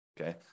Okay